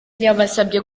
yabasabye